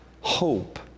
hope